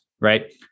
right